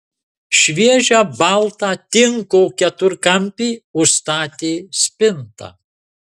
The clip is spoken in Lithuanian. šviežią baltą tinko keturkampį užstatė spinta